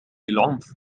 العنف